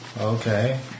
Okay